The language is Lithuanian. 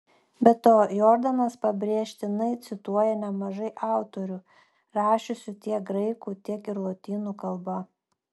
be to jordanas pabrėžtinai cituoja nemažai autorių rašiusių tiek graikų tiek ir lotynų kalba